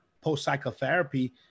post-psychotherapy